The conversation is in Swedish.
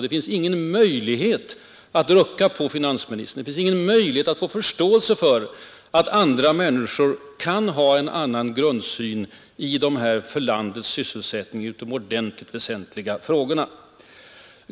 Det finns ingen möjlighet att rucka på finansministern, det finns ingen möjlighet att få förståelse för att andra människor kan ha en annan grundsyn i dessa för sysselsättningen utomordentligt väsentliga frågor.